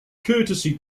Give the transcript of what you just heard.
courtesy